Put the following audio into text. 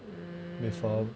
mmhmm